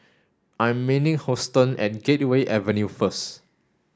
I am meeting Houston at Gateway Avenue first